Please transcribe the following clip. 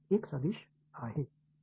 होय एक सदिश आहे